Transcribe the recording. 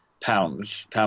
pounds